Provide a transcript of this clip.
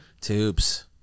Tubes